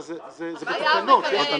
זה בתקנות.